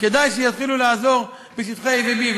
כדאי שיתחילו לעזור בשטחי A ו-B,